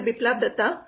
Biplab Datta Dr